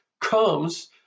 comes